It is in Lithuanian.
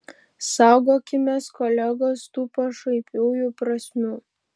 saugokimės kolegos tų pašaipiųjų prasmių